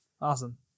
Awesome